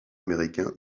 américain